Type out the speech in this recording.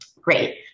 Great